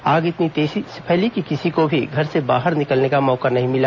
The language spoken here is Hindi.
आग इतनी तेजी से फैली कि किसी को भी घर से बाहर निकलने का मौका नहीं मिला